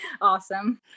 Awesome